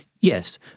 Yes